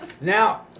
now